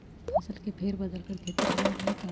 फसल के फेर बदल कर खेती के लाभ है का?